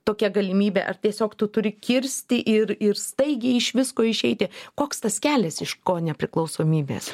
tokia galimybė ar tiesiog tu turi kirsti ir ir staigiai iš visko išeiti koks tas kelias iš konepriklausomybės